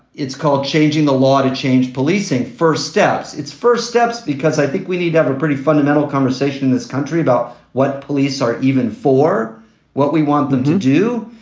it's called changing the law to change policing first steps. it's first steps because i think we need to have a pretty fundamental conversation in this country about what police are even for what we want them to do.